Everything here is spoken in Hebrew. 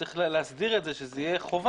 צריך להסדיר את זה שזה יהיה חובה.